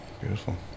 Beautiful